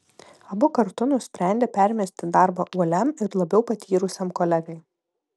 abu kartu nusprendė permesti darbą uoliam ir labiau patyrusiam kolegai